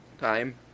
time